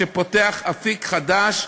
שפותח אפיק חדש,